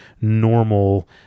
normal